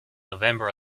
november